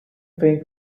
think